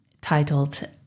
titled